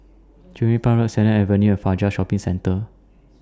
Cluny Park Road Sennett Avenue and Fajar Shopping Centre